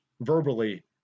verbally